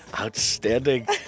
Outstanding